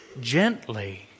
gently